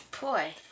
Boy